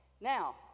Now